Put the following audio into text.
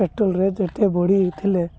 ପେଟ୍ରୋଲ୍ରେ ଯେତେ ବଢ଼ିଥିଲେ